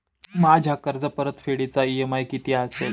माझ्या कर्जपरतफेडीचा इ.एम.आय किती असेल?